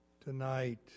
Tonight